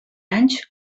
anys